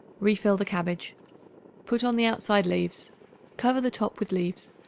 refill the cabbage put on the outside leaves cover the top with leaves.